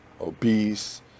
obese